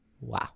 wow